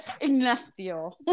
Ignacio